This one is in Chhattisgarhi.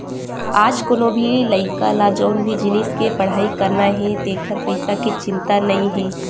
आज कोनो भी लइका ल जउन भी जिनिस के पड़हई करना हे तेखर पइसा के चिंता नइ हे